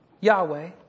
Yahweh